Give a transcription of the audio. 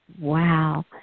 wow